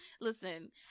Listen